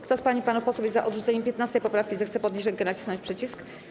Kto z pań i panów posłów jest za odrzuceniem 15. poprawki, zechce podnieść rękę i nacisnąć przycisk.